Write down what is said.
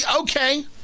Okay